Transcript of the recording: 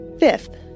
Fifth